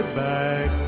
back